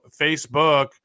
Facebook